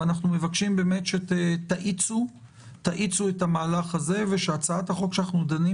אנחנו מבקשים שתאיצו את המהלך הזה ושהצעת החוק שאנחנו דנים